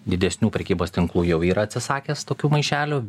didesnių prekybos tinklų jau yra atsisakęs tokių maišelių